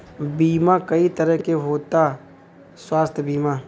बीमा कई तरह के होता स्वास्थ्य बीमा?